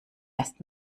erst